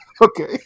Okay